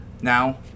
Now